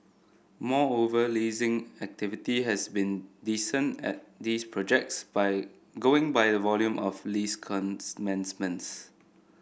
moreover leasing activity has been decent at these projects by going by the volume of lease commencements